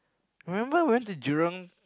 remember went to Jurong